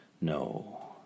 No